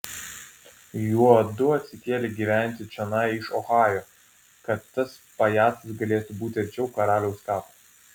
juodu atsikėlė gyventi čionai iš ohajo kad tas pajacas galėtų būti arčiau karaliaus kapo